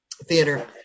Theater